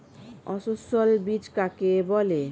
অসস্যল বীজ কাকে বলে?